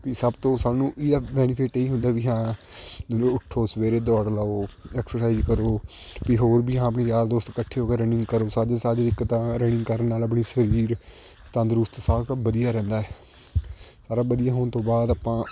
ਵੀ ਸਭ ਤੋਂ ਸਾਨੂੰ ਇਹਦਾ ਬੈਨੀਫਿਟ ਇਹ ਹੁੰਦਾ ਵੀ ਹਾਂ ਜਦੋਂ ਉੱਠੋ ਸਵੇਰੇ ਦੋੜ ਲਾਓ ਐਕਸਰਸਾਈਜ਼ ਕਰੋ ਵੀ ਹੋਰ ਵੀ ਹਾਂ ਵੀ ਯਾਰ ਦੋਸਤ ਇਕੱਠੇ ਹੋ ਕੇ ਰਨਿੰਗ ਕਰੋ ਸਾਝਰੇ ਸਾਝਰੇ ਇੱਕ ਤਾਂ ਰਨਿੰਗ ਕਰਨ ਨਾਲ ਆਪਣੀ ਸਰੀਰ ਤੰਦਰੁਸਤ ਸਭ ਕੁਝ ਵਧੀਆ ਰਹਿੰਦਾ ਸਾਰਾ ਵਧੀਆ ਹੋਣ ਤੋਂ ਬਾਅਦ ਆਪਾਂ